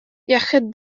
iechyd